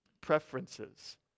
preferences